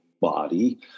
body